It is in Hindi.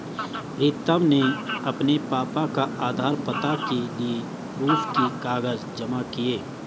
प्रीतम ने अपने पापा का आधार, पता के लिए प्रूफ के कागज जमा किए